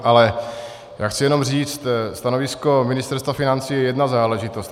Ale já chci jenom říct, stanovisko Ministerstva financí je jedna záležitost.